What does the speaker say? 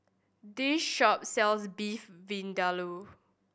this shop sells Beef Vindaloo